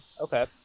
Okay